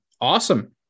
awesome